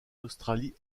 australie